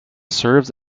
serves